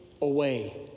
away